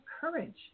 courage